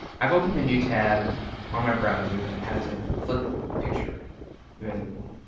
i've opened a new tab on my browser that has ah a flickr picture available.